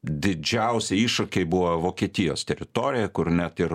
didžiausi iššūkiai buvo vokietijos teritorijoj kur net ir